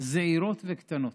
זעירות וקטנות.